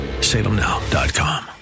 salemnow.com